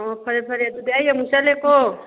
ꯑꯣ ꯐꯔꯦ ꯐꯔꯦ ꯑꯗꯨꯗꯤ ꯑꯩ ꯑꯃꯨꯛ ꯆꯠꯂꯦꯀꯣ